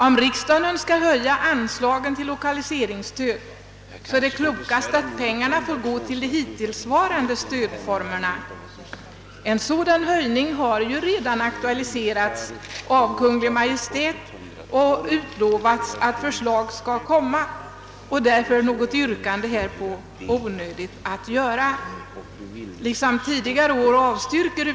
Om riksdagen skall höja anslagen till lokaliseringsstöd, är det klokast att pengarna får gå till de hittillsvarande stödformerna. En sådan höjning har redan aktualiserats av Kungl. Maj:t, och dethar utlovats att förslag skall komma. Därför är något yrkande härom onödigt att ställa.